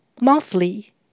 Monthly